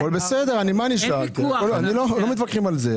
אנחנו לא מתווכחים על זה,